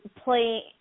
play